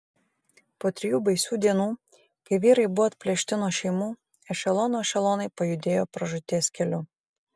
po trijų baisių dienų kai vyrai buvo atplėšti nuo šeimų ešelonų ešelonai pajudėjo pražūties keliu